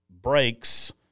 breaks